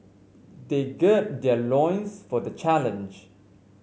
they gird their loins for the challenge